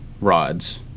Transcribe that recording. rods